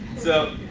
so